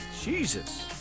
Jesus